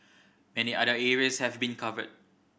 many other areas have been covered